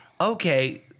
Okay